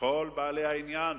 שכל בעלי העניין